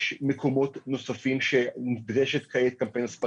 יש מקומות נוספים שנדרש כעת קמפיין הסברה.